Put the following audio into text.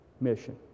mission